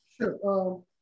sure